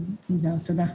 זה נכון.